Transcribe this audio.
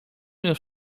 już